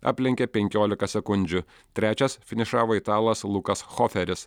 aplenkė penkiolika sekundžių trečias finišavo italas lukas choferis